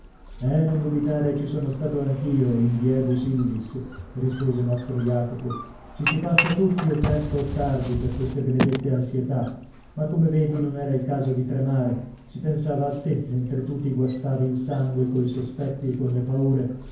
eh non dubitare ci sono stato anch'io in diebus illis rispose mastro jacopo ci si passa tutti o presto o tardi per queste benedette ansietà ma come vedi non era il caso di tremare si pensava a te mentre tu ti guastavi il sangue coi sospetti e con le paure